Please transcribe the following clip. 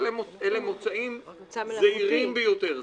אבל אלה מוצאים זעירים ביותר.